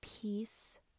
peace